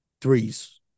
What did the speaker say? threes